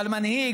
אבל מנהיג,